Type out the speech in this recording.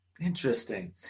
Interesting